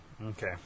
Okay